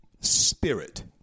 spirit